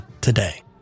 today